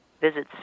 Visit